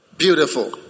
Beautiful